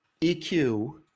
EQ